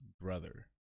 brother